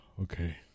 Okay